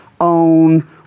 own